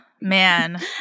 Man